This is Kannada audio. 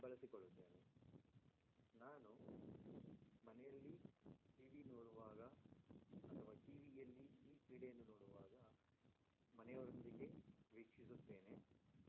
ಬಳಸಿಕೊಳ್ಳುತ್ತೇನೆ ನಾನು ಮನೆಯಲ್ಲಿ ಟಿವಿ ನೋಡುವಾಗ ಅಥವಾ ಟಿವಿಯಲ್ಲಿ ಈ ಕ್ರೀಡೆಯನ್ನು ನೋಡುವಾಗ ಮನೆಯವರೊಂದಿಗೆ ವೀಕ್ಷಿಸುತ್ತೇನೆ